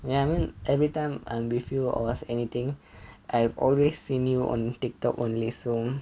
ya I mean everytime I'm with you or anything I've always seen you on Tiktok only so